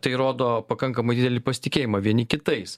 tai rodo pakankamai didelį pasitikėjimą vieni kitais